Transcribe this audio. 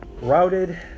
routed